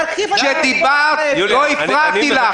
כשדיברת לא הפרעתי לך.